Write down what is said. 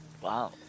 Wow